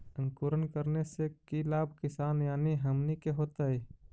अंकुरण करने से की लाभ किसान यानी हमनि के होतय?